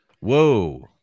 whoa